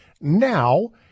now